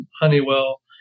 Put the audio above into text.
honeywell